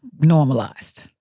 normalized